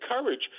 courage